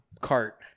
cart